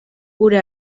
gure